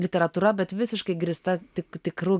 literatūra bet visiškai grįsta tik tikru